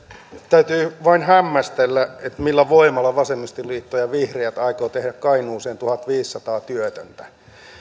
täytyy vain hämmästellä millä voimalla vasemmistoliitto ja vihreät aikovat tehdä kainuuseen tuhatviisisataa työtöntä